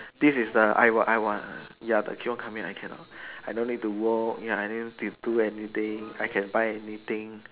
this is the I what I want uh ya but keep on coming I cannot I don't need to walk ya I don't need to do anything I can buy anything